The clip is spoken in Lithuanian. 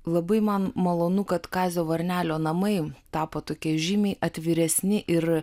labai man malonu kad kazio varnelio namai tapo tokie žymiai atviresni ir